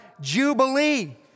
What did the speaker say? Jubilee